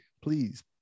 please